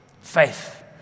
Faith